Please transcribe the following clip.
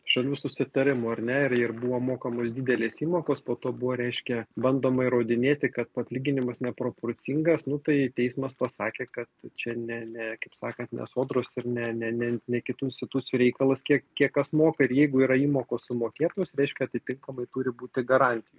šalių susitarimu ar ne ir ir buvo mokamos didelės įmokos po to buvo reiškia bandoma įrodinėti kad atlyginimas neproporcingas nu tai teismas pasakė kad čia ne ne kaip sakant ne sodros ir ne ne ne ne kitų institucijų reikalas kiek kiek kas moka ir jeigu yra įmokos sumokėtos reiškia atitinkamai turi būti garantijos